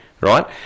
right